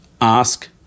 ask